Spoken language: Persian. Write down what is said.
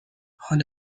حال